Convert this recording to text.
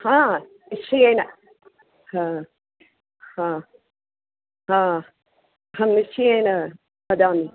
निश्चयेन अहं निश्चयेन वदामि